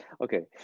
Okay